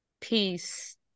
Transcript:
Peace